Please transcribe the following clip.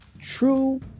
true